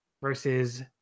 versus